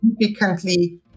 significantly